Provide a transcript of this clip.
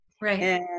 Right